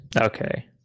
Okay